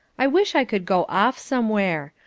i wish i could go off somewhere.